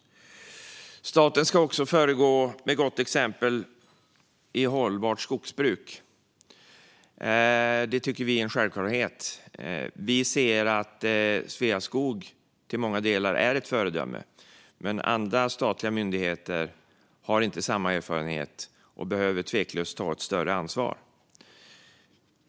Staten ska också föregå med gott exempel när det gäller hållbart skogsbruk; det tycker vi är en självklarhet. Vi ser att Sveaskog i många delar är ett föredöme, men andra statliga myndigheter har inte samma erfarenhet och behöver tveklöst ta ett större ansvar.